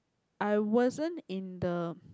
I wasn't in the